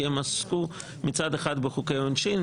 כי הם עסקו מצד אחד בחוקי עונשין,